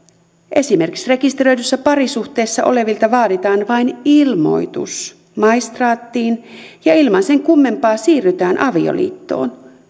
esimerkiksi rekisteröidyssä parisuhteessa olevilta vaaditaan vain ilmoitus maistraattiin ja ilman sen kummempaa siirrytään avioliittoon